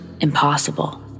impossible